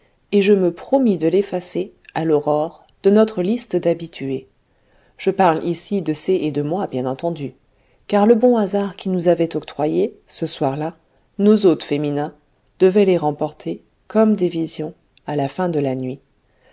et je me promis de l'effacer à l'aurore de notre liste d'habitués je parle ici de c et de moi bien entendu car le bon hasard qui nous avait octroyé ce soir-là nos hôtes féminins devait les remporter comme des visions à la fin de la nuit